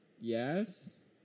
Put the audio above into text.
Yes